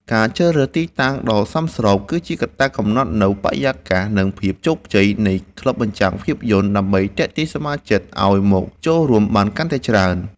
ការជ្រើសរើសទីតាំងដ៏សមស្រប គឺជាកត្តាកំណត់នូវបរិយាកាស និងភាពជោគជ័យនៃក្លឹបបញ្ចាំងភាពយន្ត ដើម្បីទាក់ទាញសមាជិកឱ្យមកចូលរួមបានកាន់តែច្រើន។